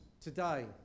today